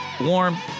warm